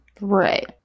Right